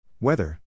Weather